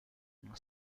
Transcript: non